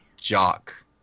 Jock